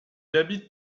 habite